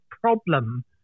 problem